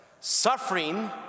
Suffering